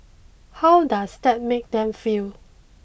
how does that make them feel